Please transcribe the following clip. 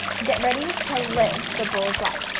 get ready to live the bulls life!